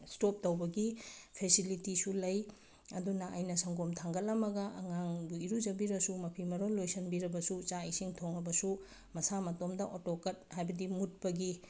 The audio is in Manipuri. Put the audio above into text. ꯁ꯭ꯇꯣꯞ ꯇꯧꯕꯒꯤ ꯐꯦꯁꯤꯂꯤꯇꯤꯁꯨ ꯂꯩ ꯑꯗꯨꯅ ꯑꯩꯟ ꯁꯪꯒꯣꯝ ꯊꯥꯡꯒꯠꯂꯝꯃꯒ ꯑꯉꯥꯡꯕꯨ ꯎꯔꯨꯖꯕꯤꯔꯁꯨ ꯃꯐꯤ ꯃꯔꯣꯜ ꯂꯣꯏꯁꯟꯕꯤꯔꯕꯁꯨ ꯆꯥꯛ ꯏꯁꯤꯡ ꯊꯣꯡꯉꯕꯁꯨ ꯃꯁꯥ ꯃꯊꯟꯇ ꯑꯣꯇꯣꯀꯠ ꯍꯥꯏꯕꯗꯤ ꯃꯨꯠꯄꯒꯤ